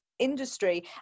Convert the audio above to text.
Industry